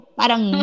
parang